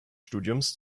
studiums